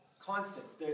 constants